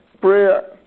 Prayer